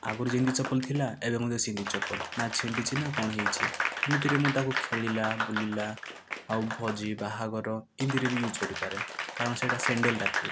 ଆଗରୁ ଯେମିତି ଚପଲ ଥିଲା ଏବେ ମଧ୍ୟ ସେମିତି ଚପଲ ନା ଛିଣ୍ଡିଛି ନା କଣ ହୋଇଛି ଏମିତିରେ ମୁଁ ତାକୁ ଖେଳିଲା ବୁଲିଲା ଆଉ ଭୋଜି ବାହାଘର ଏମିତିରେ ବି ୟୁଜ୍ କରିପାରେ କାରଣ ସେ'ଟା ସେଣ୍ଡେଲ ଟା ଥିଲା